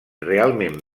realment